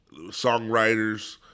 songwriters